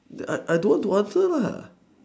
I I don't want to answer lah